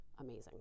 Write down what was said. amazing